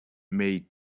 may